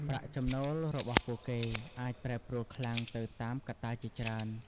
ប្រាក់ចំណូលរបស់ពួកគេអាចប្រែប្រួលខ្លាំងទៅតាមកត្តាជាច្រើន។